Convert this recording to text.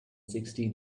sixty